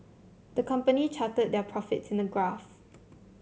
the company charted their profits in a graph